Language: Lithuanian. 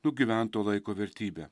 nugyvento laiko vertybe